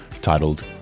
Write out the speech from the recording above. titled